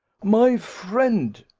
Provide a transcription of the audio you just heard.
my friend!